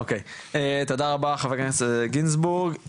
אוקיי, תודה רבה חבר הכנסת גינזבורג.